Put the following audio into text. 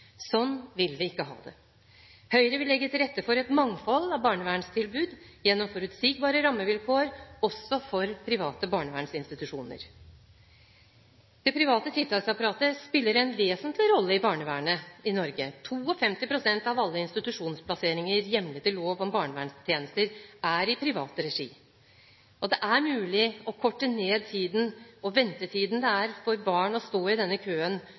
Sånn vil vi ikke ha det. Høyre vil legge til rette for et mangfold av barnevernstilbud gjennom forutsigbare rammevilkår, også for private barnevernsinstitusjoner. Det private tiltaksapparatet spiller en vesentlig rolle i barnevernet i Norge. 52 pst. av alle institusjonsplasseringer hjemlet i lov om barnevernstjenester, er i privat regi. Det er mulig å korte ned ventetiden for barn som står i denne køen